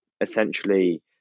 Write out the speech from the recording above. essentially